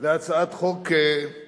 מסדר-היום את הצעת חוק